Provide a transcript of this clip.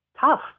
Tough